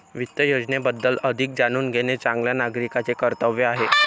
वित्त योजनेबद्दल अधिक जाणून घेणे चांगल्या नागरिकाचे कर्तव्य आहे